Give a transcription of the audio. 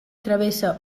travessa